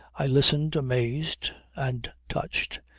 i listened amazed and touched.